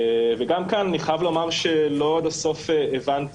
וגם כאן, אני חייב לומר שלא עד הסוף הבנתי